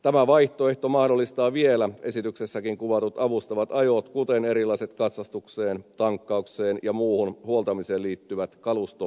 tämä vaihtoehto mahdollistaa vielä esityksessäkin kuvatut avustavat ajot kuten erilaiset katsastukseen tankkaukseen ja muuhun huoltamiseen liittyvät kalustokuljetukset